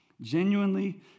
Genuinely